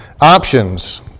options